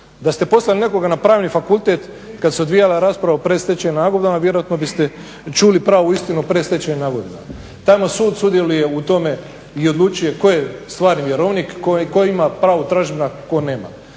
Da ste poslali nekoga na Pravni fakultet kada se odvijala rasprava o predstečajnim nagodbama vjerojatno biste čuli pravu istinu o predstečajnim nagodbama. Tamo sud sudjeluje u tome i odlučuje koje stvari vjerovnik koji ima pravo tražbina tko nema.